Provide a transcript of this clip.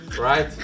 right